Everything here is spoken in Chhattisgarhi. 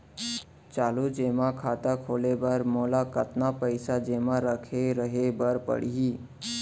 चालू जेमा खाता खोले बर मोला कतना पइसा जेमा रखे रहे बर पड़ही?